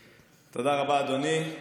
רבה, אדוני.